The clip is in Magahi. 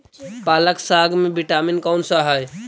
पालक साग में विटामिन कौन सा है?